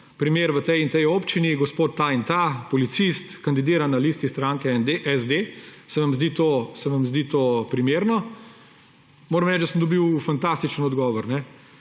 primer v tej in tej občini, gospod ta in ta, policist, kandidira na listi stranke SD, se vam zdi to primerno?« Moram reči, da sem dobil fantastičen odgovor.